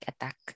attack